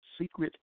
secret